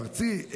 הארצי,